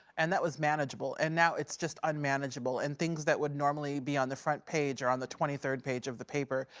and that was manageable. and now it's just unmanageable. and things that would normally be on the front page are on the twenty-third page of the paper.